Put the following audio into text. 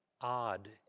odd